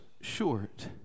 short